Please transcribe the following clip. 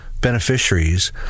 beneficiaries